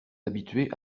habitués